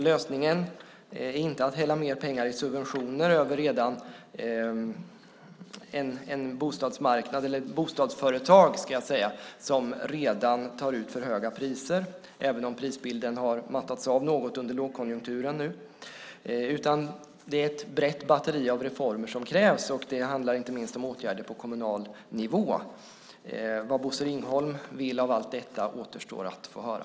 Lösningen är inte att hälla mer pengar i subventioner över bostadsföretag som redan tar ut för höga priser, även om prisbilden har mattats av något under lågkonjunkturen nu. Det är ett brett batteri av reformer som krävs. Det handlar inte minst om åtgärder på kommunal nivå. Vad Bosse Ringholm vill av allt detta återstår att få höra.